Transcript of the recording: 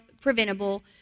preventable